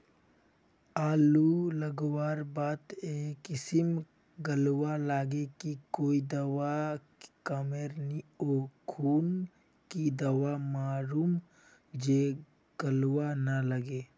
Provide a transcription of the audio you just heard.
आलू लगवार बात ए किसम गलवा लागे की कोई दावा कमेर नि ओ खुना की दावा मारूम जे गलवा ना लागे?